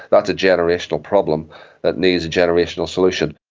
that's a generational problem that needs a generational solution.